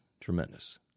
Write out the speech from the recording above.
Tremendous